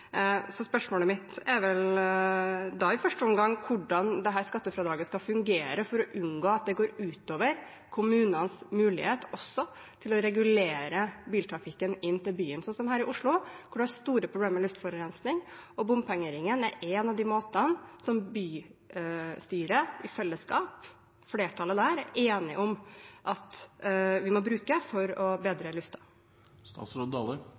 i første omgang hvordan dette skattefradraget skal fungere, for å unngå at det går ut over kommunenes mulighet til også å regulere biltrafikken inn til byen – som her i Oslo, hvor en har store problemer med luftforurensning, og hvor bompengeringen er en av måtene flertallet i bystyret i fellesskap er enige om at vi må bruke, for å